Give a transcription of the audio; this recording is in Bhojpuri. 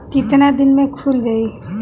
कितना दिन में खुल जाई?